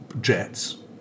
Jets